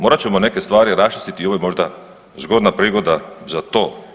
Morat ćemo neke stvari raščistiti i ovo je možda zgodna prigoda za to.